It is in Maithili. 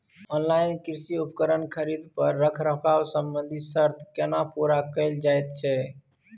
ऑनलाइन कृषि उपकरण खरीद पर रखरखाव संबंधी सर्त केना पूरा कैल जायत छै?